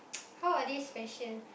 how are they special